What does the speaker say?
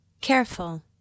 Careful